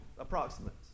approximates